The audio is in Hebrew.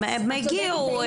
הם הגיעו,